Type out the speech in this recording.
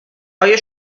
آیا